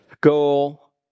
goal